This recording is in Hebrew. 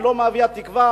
היא לא מביאה שום תקווה.